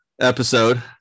episode